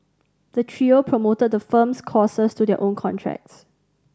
the trio promoted the firm's courses to their own contacts